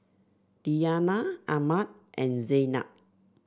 Diyana Ahmad and Zaynab